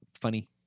funny